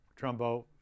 Trumbo